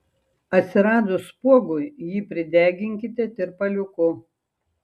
atsiradus spuogui jį prideginkite tirpaliuku